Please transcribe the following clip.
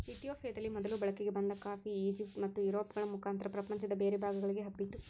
ಇತಿಯೋಪಿಯದಲ್ಲಿ ಮೊದಲು ಬಳಕೆಗೆ ಬಂದ ಕಾಫಿ, ಈಜಿಪ್ಟ್ ಮತ್ತುಯುರೋಪ್ಗಳ ಮುಖಾಂತರ ಪ್ರಪಂಚದ ಬೇರೆ ಭಾಗಗಳಿಗೆ ಹಬ್ಬಿತು